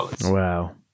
Wow